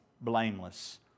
blameless